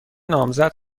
نامزد